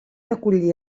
acollir